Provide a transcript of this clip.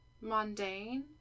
mundane